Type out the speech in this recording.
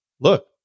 look